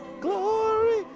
Glory